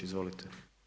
Izvolite.